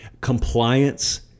compliance